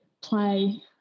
play